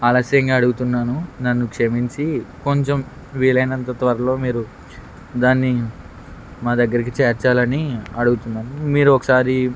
ఆలస్యంగా అడుగుతున్నాను నన్ను క్షమించి కొంచెం వీలైనంత త్వరలో మీరు దాన్ని మా దగ్గరికి చేర్చాలని అడుగుతున్నాను మీరు ఒకసారి